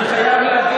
אני לא שומע.